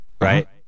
Right